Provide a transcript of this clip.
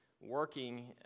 working